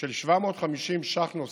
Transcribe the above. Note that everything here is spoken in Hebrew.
של 750 ש"ח נוספים,